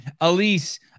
Elise